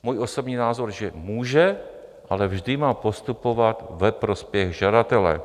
Můj osobní názor , že může, ale vždy má postupovat ve prospěch žadatele.